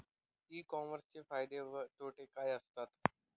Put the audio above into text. E कॉमर्सचे फायदे व तोटे काय असतात?